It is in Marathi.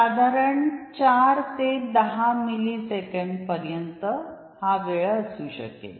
साधारण चार ते दहा मिली सेकंड पर्यंत हा वेळ असू शकेल